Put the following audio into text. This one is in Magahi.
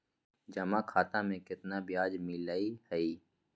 जमा खाता में केतना ब्याज मिलई हई?